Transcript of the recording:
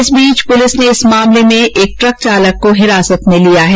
इस बीच पुलिस ने इस मामले में एक ट्रक चालक को हिरासत में लिया है